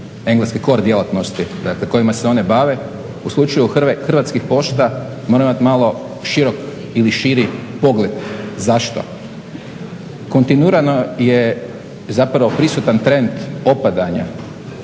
engleske core djelatnosti, dakle kojima se one bave u slučaju Hrvatskih pošta moramo imati malo širi pogled zašto. Kontinuirano je zapravo prisutan trend opadanja,